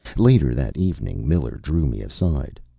later that evening, miller drew me aside.